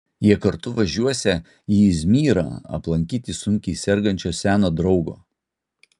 jie kartu važiuosią į izmyrą aplankyti sunkiai sergančio seno draugo